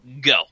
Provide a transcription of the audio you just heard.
Go